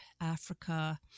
Africa